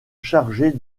charger